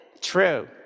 True